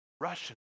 Russian